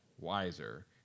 wiser